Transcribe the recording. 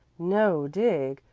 no dig,